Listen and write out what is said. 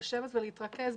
ולהתרכז.